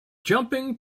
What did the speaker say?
jumping